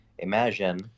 Imagine